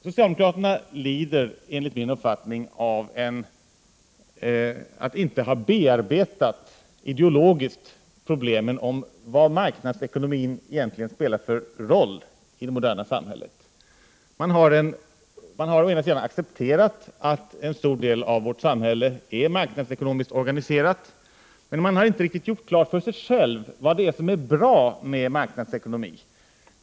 Socialdemokraterna lider, enligt min uppfattning, av att inte ideologiskt ha bearbetat problemen med vad marknadsekonomin egentligen spelar för roll i det moderna samhället. Man har å ena sidan accepterat att en stor del av vårt samhälle är marknadsekonomiskt organiserad, men man har inte gjort klart för sig själv vad som är bra med marknadsekonomin.